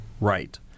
right